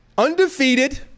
Undefeated